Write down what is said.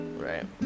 Right